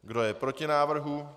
Kdo je proti návrhu?